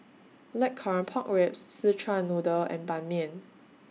Blackcurrant Pork Ribs Szechuan Noodle and Ban Mian